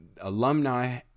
Alumni